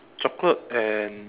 chocolate and